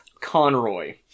Conroy